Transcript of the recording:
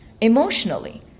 Emotionally